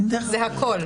זה הכול.